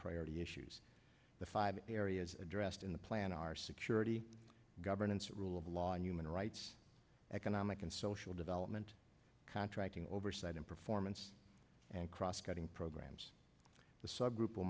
priority issues the five areas addressed in the plan are security governance rule of law and human rights economic and social development contracting oversight and performance and cross cutting programs the subgroup